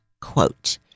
quote